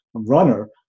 runner